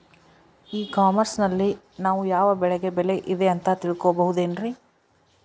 E commerce ನಲ್ಲಿ ನಾವು ಯಾವ ಬೆಳೆಗೆ ಬೆಲೆ ಇದೆ ಅಂತ ತಿಳ್ಕೋ ಬಹುದೇನ್ರಿ?